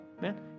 man